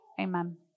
Amen